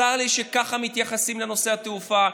צר לי שככה מתייחסים לנושא התעופה,